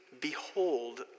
behold